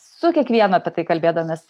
su kiekvienu apie tai kalbėdavomės